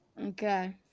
Okay